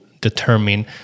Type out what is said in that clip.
determine